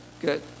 good